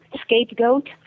scapegoat